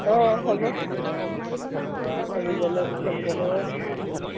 অঁ হ'ব